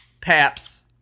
Paps